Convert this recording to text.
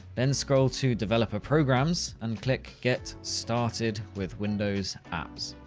then scroll to developer programs and click get started with windows apps.